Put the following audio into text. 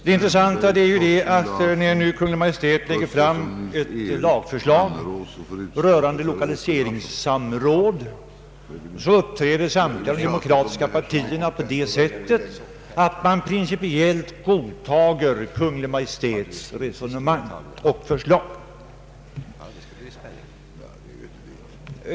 Det intressanta är nu att när Kungl. Maj:t lägger fram ett lagförslag rörande = lokaliseringssamråd uppträder samtliga demokratiska partier på det sättet att de principiellt godtager Kungl. Maj:ts resonemang och förslag.